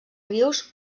rius